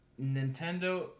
Nintendo